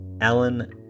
Alan